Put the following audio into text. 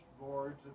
boards